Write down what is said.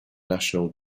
national